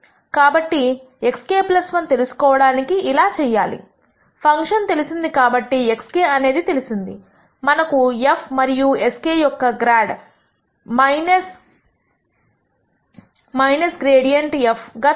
కాబట్టి xk 1 తెలుసుకోవడానికి ఇలా చేయాలి ఫంక్షన్ తెలిసింది కాబట్టి xk అనేది తెలిసిందిమనకు f మరియు sk యొక్క గ్రాడ్ ∇ f గా తెలుసు